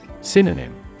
Synonym